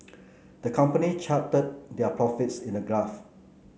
the company charted their profits in a graph